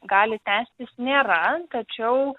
gali tęstis nėra tačiau